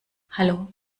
hallo